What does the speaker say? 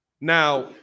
Now